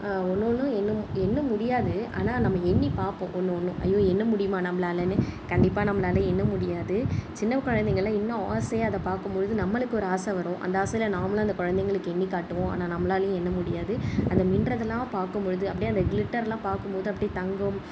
ஒன்று ஒன்று எண்ண எண்ண முடியாது ஆனால் நம்ம எண்ணி பார்ப்போம் ஒன்று ஒன்று ஐயோ எண்ண முடியுமா நம்மளாலன்னு கண்டிப்பாக நம்மளால் எண்ண முடியாது சின்ன குழந்தைங்கள்லா இன்னும் ஆசையாக அதை பார்க்கும்பொழுது நம்மளுக்கு ஒரு ஆசை வரும் அந்த ஆசையில் நாமளும் அந்த குழந்தைங்களுக்கு எண்ணி காட்டுவோம் ஆனால் நம்மளாலேயும் எண்ண முடியாது அந்த மின்னுறதெல்லாம் பார்க்கும்பொழுது அப்படியே அந்த கிளிட்டர்லாம் பார்க்கும்போது அப்படியே தங்கம்